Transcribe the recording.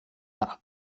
suck